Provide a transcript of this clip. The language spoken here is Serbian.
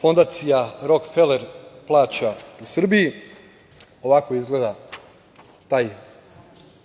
Fondacija Rokfeler plaća u Srbiji. Ovako izgleda taj